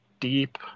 deep